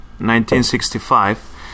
1965